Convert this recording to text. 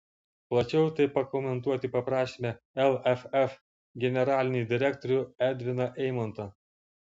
plačiau tai pakomentuoti paprašėme lff generalinį direktorių edviną eimontą